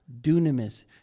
Dunamis